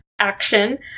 action